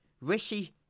Rishi